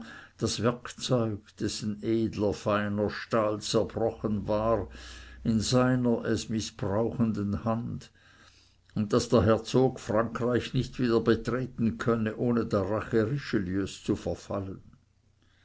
das werkzeug dessen edler feiner stahl zerbrochen war in seiner es mißbrauchenden hand und daß der herzog frankreich nicht wieder betreten könne ohne der rache richelieus zu verfallen